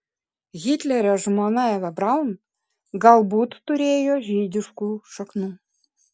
hitlerio žmona eva braun galbūt turėjo žydiškų šaknų